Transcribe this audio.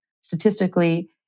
statistically